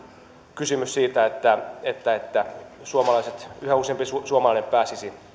kysymys siitä että että yhä useampi suomalainen pääsisi